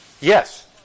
Yes